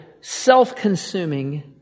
self-consuming